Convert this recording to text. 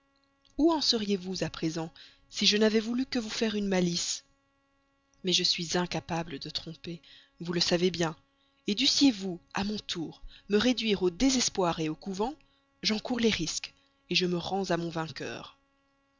où en seriez-vous à présent si je n'avais voulu que vous faire une malice mais je suis incapable de tromper vous le savez bien dussiez-vous me réduire à mon tour au désespoir au couvent j'en cours les risques je me rends à mon vainqueur